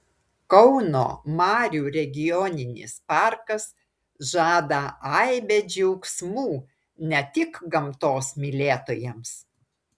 kauno marių regioninis parkas žada aibę džiaugsmų ne tik gamtos mylėtojams